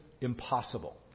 impossible